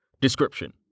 Description